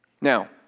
Now